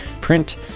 print